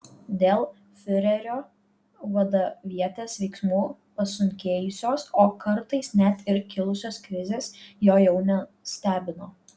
dėl fiurerio vadavietės veiksmų pasunkėjusios o kartais net ir kilusios krizės jo jau nestebino